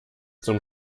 zum